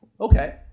Okay